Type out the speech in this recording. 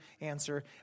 answer